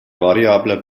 variabler